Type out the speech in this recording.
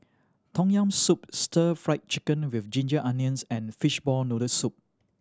Tom Yam Soup Stir Fried Chicken With Ginger Onions and fishball noodle soup